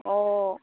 অঁ